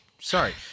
Sorry